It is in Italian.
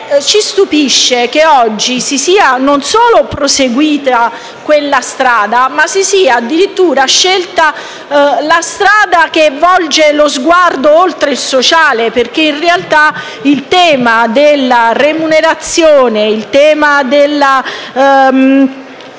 Ci stupisce che oggi si sia non solo proseguita quella strada, ma si sia addirittura scelta la strada che volge lo sguardo oltre il sociale. In realtà, infatti, in tema di remunerazione del